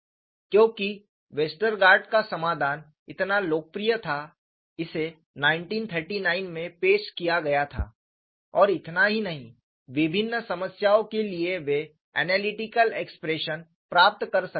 क्योंकि वेस्टरगार्ड का समाधान इतना लोकप्रिय था इसे 1939 में पेश किया गया था और इतना ही नहीं विभिन्न समस्याओं के लिए वे ऐनालिटिकल एक्सप्रेशन प्राप्त कर सकते थे